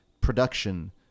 production